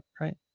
right